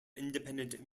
independent